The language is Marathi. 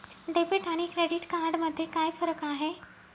डेबिट आणि क्रेडिट कार्ड मध्ये काय फरक आहे?